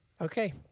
Okay